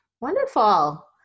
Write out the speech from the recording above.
Wonderful